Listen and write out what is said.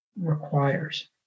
requires